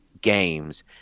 games